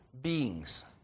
beings